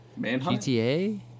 GTA